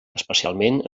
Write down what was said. especialment